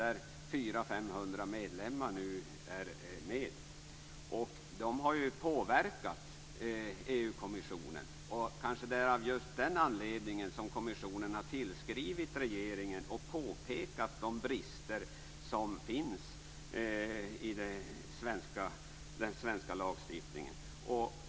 Den har nu 400-500 medlemmar. De har påverkat EU-kommissionen. Kanske det är av just den anledningen som kommissionen har tillskrivit regeringen och påpekat de brister som finns i den svenska lagstiftningen.